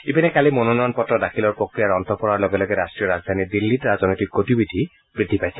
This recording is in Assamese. ইপিনে কালি মনোনয়ন পত্ৰ দাখিলৰ প্ৰক্ৰিয়া অন্ত পৰাৰ লগে লগে ৰাট্টীয় ৰাজধানী দিল্লীত ৰাজনৈতিক গতি বিধি বৃদ্ধি পাইছে